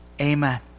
Amen